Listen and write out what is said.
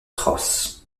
ross